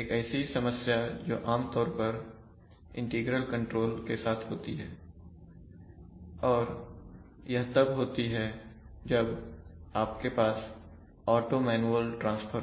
एक ऐसी समस्या जो आमतौर पर इंटीग्रल कंट्रोल के साथ होती है और यह तब होती है जब आपके पास ऑटो मैनुअल ट्रांसफर हो